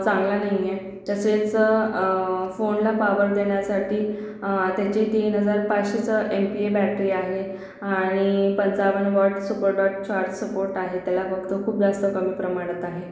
चांगला नाही आहे तसेच फोनला पावर देण्यासाठी त्याची तीन हजार पाचशेचं एम पी ए बॅटरी आहे आणि पंचावन्न वॉट सुपरबॅट चार सपोट आहे त्याला मग तो खूप जास्त कमी प्रमाणात आहे